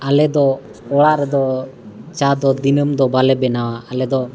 ᱟᱞᱮᱫᱚ ᱚᱲᱟᱜ ᱨᱮᱫᱚ ᱪᱟ ᱫᱚ ᱫᱤᱱᱟᱹᱢ ᱫᱚ ᱵᱟᱞᱮ ᱵᱮᱱᱟᱣᱟ ᱟᱞᱮᱫᱚ